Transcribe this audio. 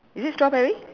is it strawberry